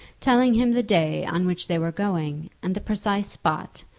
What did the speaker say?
telling him the day on which they were going and the precise spot,